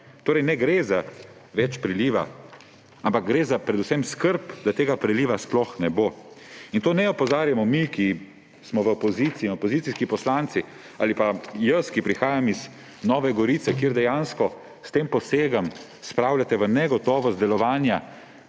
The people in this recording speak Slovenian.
Torej ne gre za več priliva, ampak gre predvsem za skrb, da tega priliva sploh ne bo. In na to ne opozarjamo mi, ki smo v opoziciji, opozicijski poslanci, ali pa jaz, ki prihajam iz Nove Gorice, kjer dejansko s tem posegom spravljate v negotovost delovanje